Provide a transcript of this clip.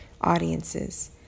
audiences